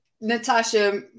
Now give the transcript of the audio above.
Natasha